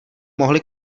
mohli